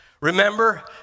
Remember